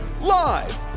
Live